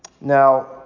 Now